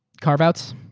carve-outs?